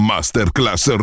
Masterclass